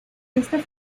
esta